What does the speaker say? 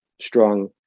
strong